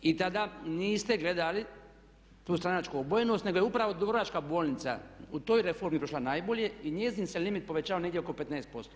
I tada niste gledali tu stranačku obojenost, nego je upravo Dubrovačka bolnica u toj reformi prošla najbolje i njezin se limit povećao negdje oko 15%